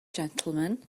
gentlemen